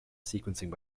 sequencing